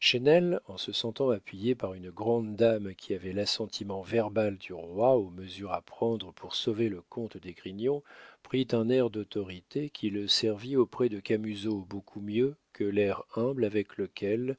chesnel en se sentant appuyé par une grande dame qui avait l'assentiment verbal du roi aux mesures à prendre pour sauver le comte d'esgrignon prit un air d'autorité qui le servit auprès de camusot beaucoup mieux que l'air humble avec lequel